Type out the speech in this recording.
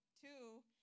two